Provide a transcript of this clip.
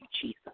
Jesus